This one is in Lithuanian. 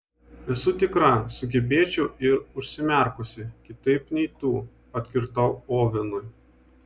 esu tikra sugebėčiau ir užsimerkusi kitaip nei tu atkirtau ovenui